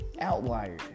outlier